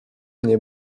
nie